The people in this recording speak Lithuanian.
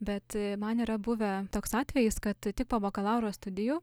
bet man yra buvę toks atvejis kad tik po bakalauro studijų